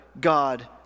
God